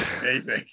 amazing